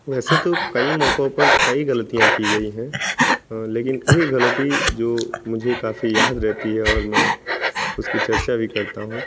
वैसे तो कई मौकों पर कई गलतियाँ की गईं हैं लेकिन एक गलती जो मुझे काफ़ी याद रहती है और मैं उसकी चर्चा भी करता हूँ